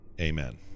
Amen